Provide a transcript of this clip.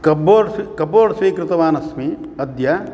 cupboard cupboard स्वीकृतवान् अस्मि अद्य